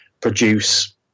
produce